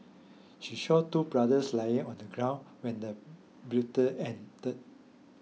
she saw two brothers lying on the ground when the ended